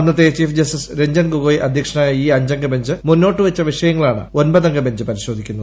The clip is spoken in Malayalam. അന്നത്തെ ചീഫ് ജസ്റ്റിസ് രഞ്ജൻ ഗൊഗോയ് അദ്ധ്യക്ഷനായ ഈ അഞ്ചംഗ ബെഞ്ച് മുന്നോട്ട് വച്ച വിഷയങ്ങളാണ് ഒൻപത് അംഗ ബെഞ്ച് പരിശോധിക്കുന്നത്